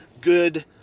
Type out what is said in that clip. good